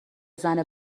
زنه